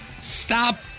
Stop